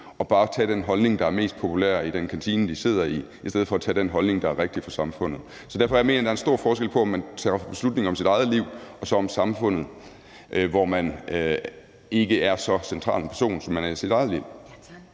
og bare tage den holdning, der er mest populær i den kantine, de sidder i, i stedet for at tage den holdning, der er rigtig for samfundet. Så det er derfor, jeg mener, at der er en stor forskel på, om man træffer beslutninger om sit eget liv eller om samfundet, hvor man ikke er så central en person, som man er i sit eget liv.